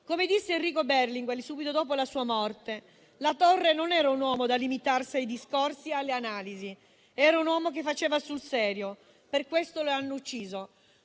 Come disse Enrico Berlinguer, subito dopo la sua morte, La Torre non era un uomo da limitarsi ai discorsi e alle analisi, ma faceva sul serio: per questo l'hanno ucciso.